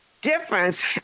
difference